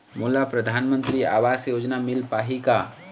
मोला परधानमंतरी आवास योजना मिल पाही का?